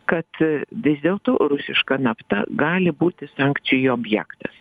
kad vis dėlto rusiška nafta gali būti sankcijų objektas